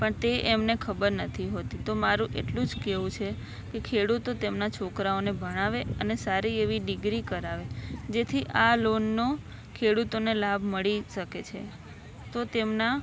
પણ તે એમને ખબર નથી હોતી તો મારું એટલું જ કહેવું છે કે ખેડૂતો તેમના છોકરાઓને ભણાવે અને સારી એવી ડીગ્રી કરાવે જેથી આ લોનનો ખેડૂતોને લાભ મળી શકે છે તો તેમના